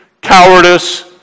cowardice